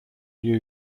new